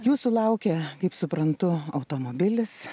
jūsų laukia kaip suprantu automobilis